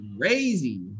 crazy